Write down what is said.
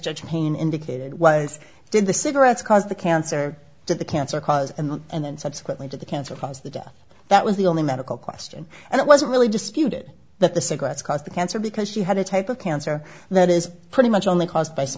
judge main indicated was did the cigarettes cause the cancer did the cancer cause and and then subsequently did the cancer caused the death that was the only medical question and it wasn't really disputed that the cigarettes caused the cancer because she had a type of cancer that is pretty much only c